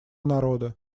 народа